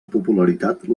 popularitat